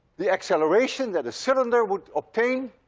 the acceleration that a cylinder would obtain.